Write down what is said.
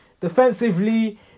Defensively